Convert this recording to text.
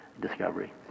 discovery